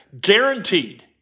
Guaranteed